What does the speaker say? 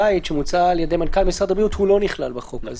שמוצא על-ידי מנכ"ל משרד הבריאות לא נכלל בחוק הזה.